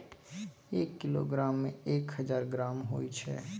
एक किलोग्राम में एक हजार ग्राम होय छै